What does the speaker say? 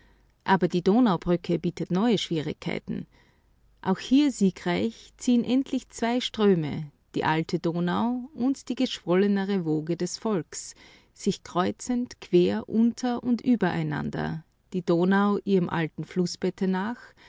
aber die donaubrücke bietet neue schwierigkeiten auch hier siegreich ziehen endlich zwei ströme die alte donau und die geschwollnere woge des volks sich kreuzend quer unter und übereinander die donau ihrem alten flußbette nach